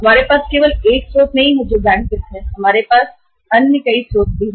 हमारे पास केवल बैंक वित्त ही एकमात्र स्रोत नहीं है हमारे पास अन्य स्रोत भी हैं